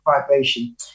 vibration